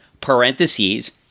parentheses